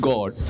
God